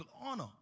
honor